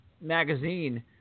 magazine